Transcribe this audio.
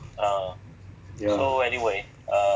ya